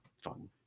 fun